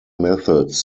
methods